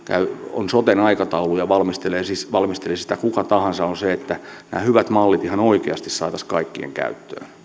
on soten aikataulu ja valmistelee sitä kuka tahansa se on se että nämä hyvät mallit ihan oikeasti saataisiin kaikkien käyttöön